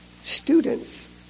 students